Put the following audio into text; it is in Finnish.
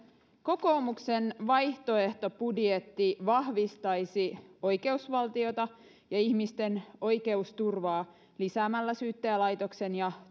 kokoomuksen vaihtoehtobudjetti vahvistaisi oikeusvaltiota ja ihmisten oikeusturvaa lisäämällä syyttäjälaitoksen ja